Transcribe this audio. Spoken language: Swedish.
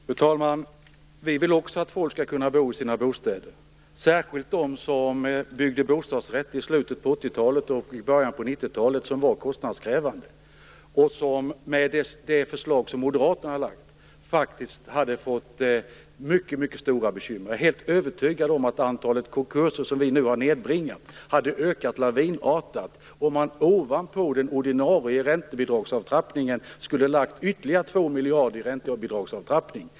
Fru talman! Vi vill också att folk skall kunna bo i sina bostäder, särskilt de som bor i bostadsrätter som byggdes i slutet av 80-talet och början av 90-talet och som var kostnadskrävande. De hade med det förslag som moderaterna har lagt fram faktiskt fått mycket stora bekymmer. Jag är helt övertygad om att antalet konkurser, som vi nu har nedbringat, hade ökat lavinartat om man ovanpå den ordinarie räntebidragsavtrappningen skulle ha lagt ytterligare 2 miljarder i räntebidragsavtrappning.